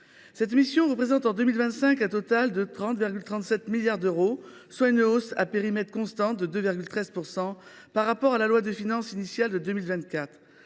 Cette mission représente en 2025 un montant total de 30,37 milliards d’euros, soit une hausse des crédits à périmètre constant de 2,13 % par rapport à la loi de finances initiale pour 2024.